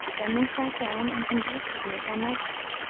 then they sat down and conversed with me till nightfall,